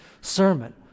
sermon